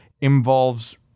involves